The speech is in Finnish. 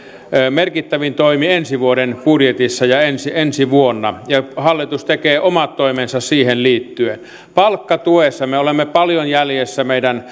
merkittävin toimi ensi vuoden budjetissa ja ensi ensi vuonna ja hallitus tekee omat toimensa siihen liittyen palkkatuessa me olemme paljon jäljessä vaikkapa meidän